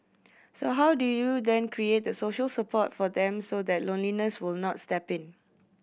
so how do you then create the social support for them so that loneliness will not step in